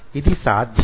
ఇది సాధ్యం